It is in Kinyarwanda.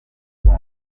congo